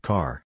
Car